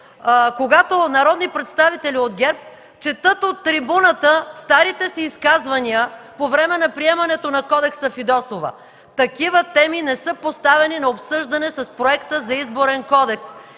когато народни представители от ГЕРБ четат от трибуната старите си изказвания по време на приемането на Кодекса „Фидосова”. Такива теми не са поставени на обсъждане с проекта за Изборен кодекс.